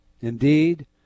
Indeed